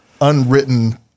unwritten